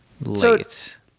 late